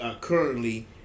currently